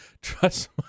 trust